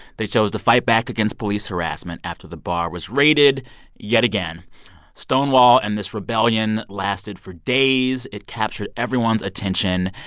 they chose to fight back against police harassment after the bar was raided yet again stonewall stonewall and this rebellion lasted for days. it captured everyone's attention.